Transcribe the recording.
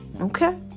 Okay